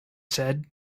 said